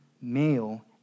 male